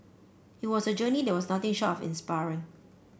it was a journey that was nothing short of inspiring